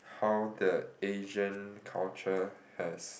how the Asian culture has